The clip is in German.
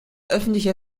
öffentliche